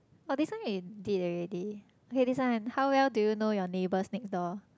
oh this one we did already okay this one how well do you know your neighbours next door